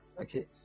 Okay